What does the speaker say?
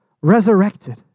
resurrected